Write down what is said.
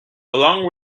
along